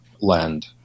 land